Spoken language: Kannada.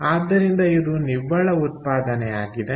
ಆದ್ದರಿಂದಇದು ನಿವ್ವಳ ಉತ್ಪಾದನೆ ಆಗಿದೆ